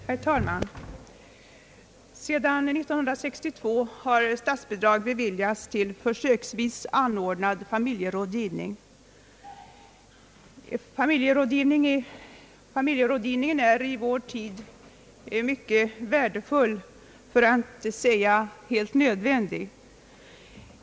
Herr talman! Sedan 1962 har statsbidrag beviljats till försöksvis anordnad familjerådgivning. Familjerådgivning är i vår tid mycket värdefull, för att inte säga nödvändig.